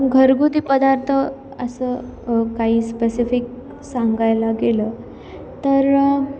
घरगुती पदार्थ असं काही स्पेसिफिक सांगायला गेलं तर